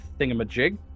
thingamajig